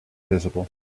visible